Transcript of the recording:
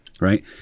right